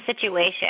situation